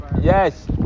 yes